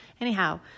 Anyhow